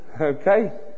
Okay